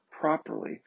properly